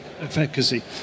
efficacy